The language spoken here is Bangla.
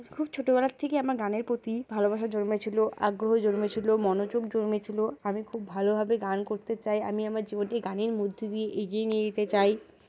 খুব ছোটোবেলার থেকে আমার গানের প্রতি ভালোবাসা জন্মে ছিলো আগ্রহ জন্মে ছিলো মনোযোগ জন্মে ছিলো আমি খুব ভালোভাবে গান করতে চাই আমি আমার জীবনে গানের মধ্যে দিয়ে এগিয়ে নিয়ে যেতে চাই